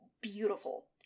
beautiful